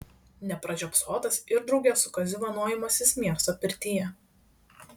nepražiopsotas ir drauge su kaziu vanojimasis miesto pirtyje